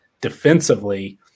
defensively